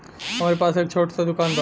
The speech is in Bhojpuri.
हमरे पास एक छोट स दुकान बा